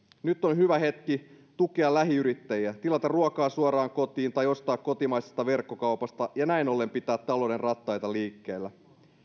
nyt on hyvä hetki tukea lähiyrittäjiä tilata ruokaa suoraan kotiin tai ostaa kotimaisesta verkkokaupasta ja näin ollen pitää talouden rattaita liikkeellä